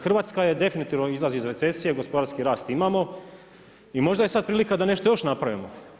Hrvatska je definitivno izlazi iz recesije, gospodarski rast imamo, i možda je sad prilika da nešto još napravimo.